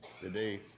today